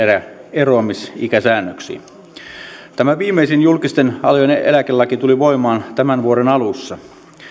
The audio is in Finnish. eroamisikäsäännöksiin viimeisin julkisten alojen eläkelaki tuli voimaan tämän vuoden alussa